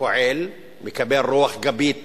פועל, מקבל רוח גבית